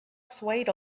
swayed